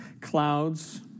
clouds